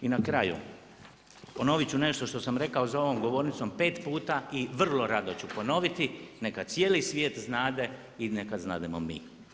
I na kraju, ponovit ću nešto što sam rekao za ovom govornicom pet puta i vrlo rado ću ponoviti, neka cijeli svijet znade i neka znademo mi.